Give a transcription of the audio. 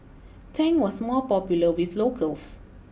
Tang was more popular with locals